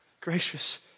gracious